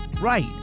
right